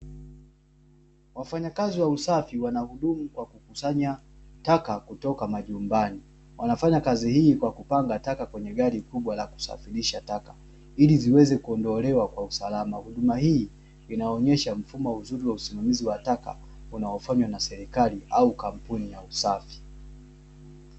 Wafanyakazi wa usafi wanahudumu kwa akukusanya taka kutoka majumbani, wanafanya kazi hii kwa kupanga taka kwenye gari kubwa la kusafirisha taka, ili ziweze kuondolewa kwa usalama. Huduma hii inaonesha mfumo mzuri wa usimamizi wa taka, unaofanywa na serikali au kampuni ya usafi.